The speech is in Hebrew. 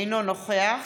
אינו נוכח